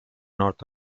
north